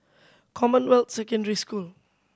Commonwealth Secondary School